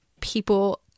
people